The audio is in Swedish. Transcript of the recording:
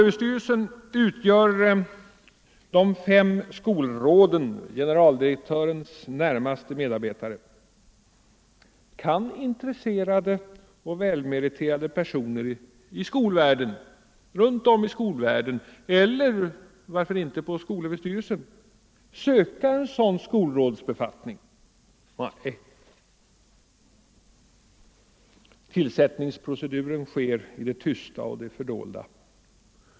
På SÖ utgör de fem skolråden generaldirektörens närmaste medarbetare. Kan intresserade och välmeriterade personer runt om i skolvärlden eller varför inte på SÖ söka en sådan skolrådsbefattning? Svaret är nej. Tillsättningsproceduren sker i det tysta och i det fördolda.